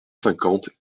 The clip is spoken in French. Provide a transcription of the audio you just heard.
cinquante